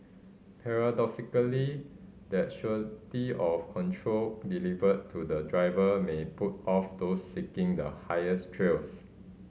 paradoxically that surety of control delivered to the driver may put off those seeking the highest thrills